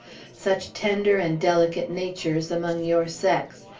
such tender and delicate natures, among your sex,